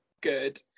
good